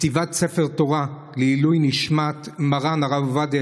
כתיבת ספר תורה לעילוי נשמת מרן הרב עובדיה